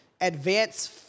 advance